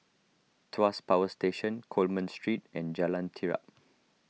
Tuas Power Station Coleman Street and Jalan Terap